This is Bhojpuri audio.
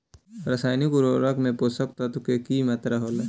रसायनिक उर्वरक में पोषक तत्व के की मात्रा होला?